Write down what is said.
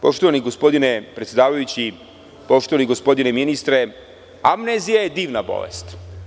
Poštovani gospodine predsedavajući, poštovani gospodine ministre, amnezija je divna bolest.